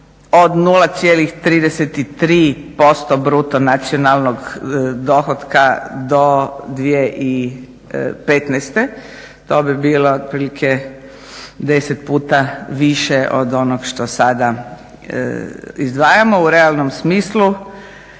od 0,33% bruto nacionalnog dohotka do 2015., to bi bilo otprilike 10 puta više od onog što sada izdvajamo u realnom smislu.